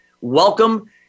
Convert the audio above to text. welcome